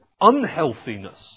unhealthiness